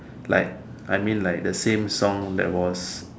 like I mean like the same song that was